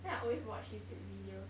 then I always watch YouTube videos